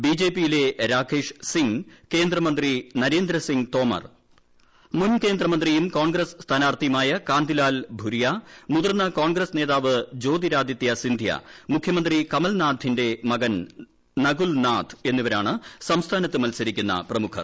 ബിജെപിയിലെ രാകേഷ് സിങ് കേന്ദ്രമന്ത്രി നരേന്ദ്രസിങ് തൊമാർ മുൻ ക്ടിന്ദ്രമന്ത്രിയും കോൺഗ്രസ്സ് സ്ഥാനാർത്ഥിയുമായ കാന്തിലാൽ ഭുരിയിട്ട് മൂതിർന്ന കോൺഗ്രസ്സ് നേതാവ് ജ്യോതിരാദിത്യ സിന്ധ്യ മുഷ്യമുന്ത്രി കമൽനാഥിന്റെ മകൻ നകുൽനാഥ് എന്നിവരാണ് സംസ്ഥാനത്ത് മൽസരിക്കുന്ന പ്രമുഖർ